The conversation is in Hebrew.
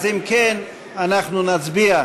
אז אם כן, אנחנו נצביע.